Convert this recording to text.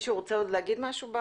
מישהו רוצה לומר משהו?